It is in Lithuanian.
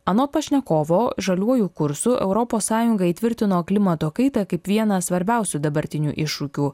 anot pašnekovo žaliuoju kursu europos sąjunga įtvirtino klimato kaitą kaip vieną svarbiausių dabartinių iššūkių